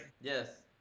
Yes